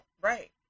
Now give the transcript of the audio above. Right